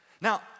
Now